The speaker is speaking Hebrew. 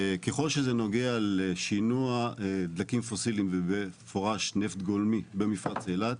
ככול שזה נוגע לשינוע דלקים פוסילים וזה במפורש נפט גולמי במפרץ אילת,